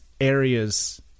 areas